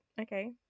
okay